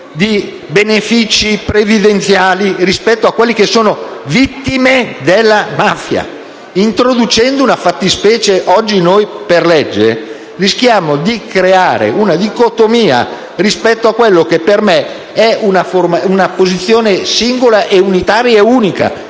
di benefici previdenziali a favore delle vittime della mafia, introducendo una fattispecie. Oggi, per legge, rischiamo di creare una dicotomia rispetto a quella che per me è una posizione singola, unitaria e unica: